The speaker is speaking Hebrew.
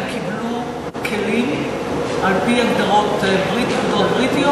הם קיבלו כלים על-פי הגדרות בריטיות,